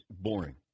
boring